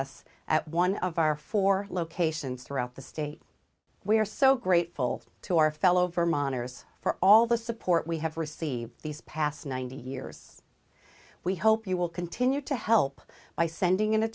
us at one of our four locations throughout the state we are so grateful to our fellow vermonters for all the support we have received these past ninety years we hope you will continue to help by sending in a